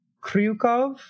Kryukov